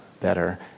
better